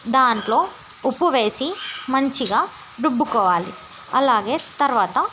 దాంట్లో ఉప్పు వేసి మంచిగా రుబ్బుకోవాలి అలాగే తర్వాత